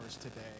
today